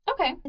Okay